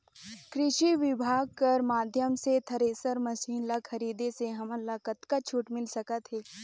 कृषि विभाग कर माध्यम से थरेसर मशीन ला खरीदे से हमन ला कतका छूट मिल सकत हे?